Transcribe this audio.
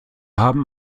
haben